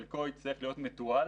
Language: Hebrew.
חלקו יצטרך להיות מתועל